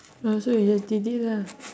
no so you just did it lah